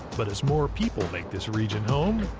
but as more people make this region home,